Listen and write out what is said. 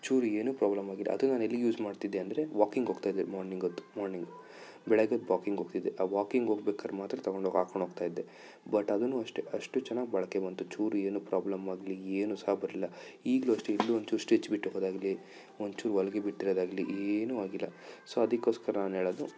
ಒಂಚೂರು ಏನು ಪ್ರಾಬ್ಲಮ್ ಆಗಿಲ್ಲ ಅದು ನಾನೆಲ್ಲಿ ಯೂಸ್ ಮಾಡ್ತಿದ್ದೆ ಅಂದರೆ ವಾಕಿಂಗ್ ಹೋಗ್ತಾ ಇದ್ದೆ ಮಾರ್ನಿಂಗ್ ಹೊತ್ತು ಮಾರ್ನಿಂಗ್ ಬೆಳಗ್ಗೆ ವಾಕಿಂಗ್ ಹೋಗ್ತಿದ್ದೆ ಆ ವಾಕಿಂಗ್ ಹೋಗ್ಬೇಕಾರ್ ಮಾತ್ರ ತಗೊಂಡೋಗಿ ಹಾಕೊಂಡ್ ಹೋಗ್ತಾ ಇದ್ದೆ ಬಟ್ ಅದು ಅಷ್ಟೆ ಅಷ್ಟು ಚೆನ್ನಾಗಿ ಬಾಳಿಕೆ ಬಂತು ಒಂದು ಚೂರು ಏನು ಪ್ರಾಬ್ಲಮ್ ಆಗಲಿ ಏನು ಸಹ ಬರಲಿಲ್ಲ ಈಗಲೂ ಅಷ್ಟೆ ಇಲ್ಲೂ ಒಂಚೂರು ಸ್ಟಿಚ್ ಬಿಟ್ಟು ಹೋದಾಗಲಿ ಒಂಚೂರು ಹೊಲಿಗೆ ಬಿಟ್ಟಿರೋದಾಗಲಿ ಏನು ಆಗಿಲ್ಲ ಸೊ ಅದಕೋಸ್ಕರ ನಾನು ಹೇಳದು